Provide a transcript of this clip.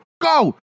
go